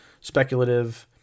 speculative